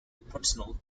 personal